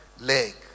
leg